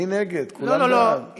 לא, לא.